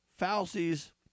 Fauci's